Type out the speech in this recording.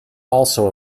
also